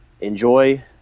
enjoy